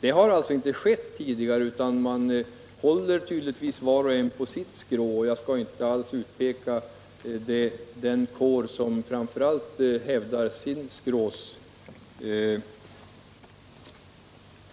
Detta har tidigare icke skett, utan var och en har hållit på sitt skrå. Jag skall inte direkt utpeka den kår som framför allt hävdar sitt skrås